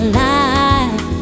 life